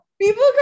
People